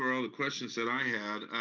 were all the questions that i had.